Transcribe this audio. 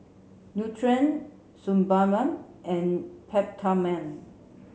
Nutren Sebamed and Peptamen